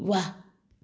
व्वा